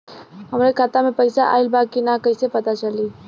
हमरे खाता में पैसा ऑइल बा कि ना कैसे पता चली?